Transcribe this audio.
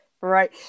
Right